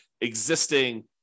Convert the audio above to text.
existing